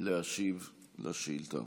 להשיב לשאילתה.